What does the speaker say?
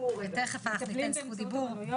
ותכף אנחנו נתן זכות דיבור.